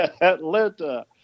atlanta